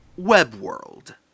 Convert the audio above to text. WebWorld